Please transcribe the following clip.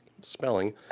spelling